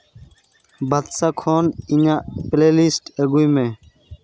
ᱵᱟᱫᱥᱟ ᱠᱷᱚᱱ ᱤᱧᱟᱹᱜ ᱯᱞᱮᱞᱤᱥᱴ ᱟᱹᱜᱩᱭ ᱢᱮ